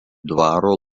dvaro